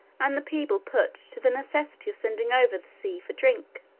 and the people put to the necessity of sending over the sea for drink.